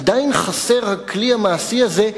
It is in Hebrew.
עדיין חסר הכלי המעשי הזה,